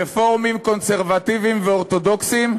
רפורמים, קונסרבטיבים ואורתודוקסים,